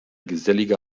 gesellige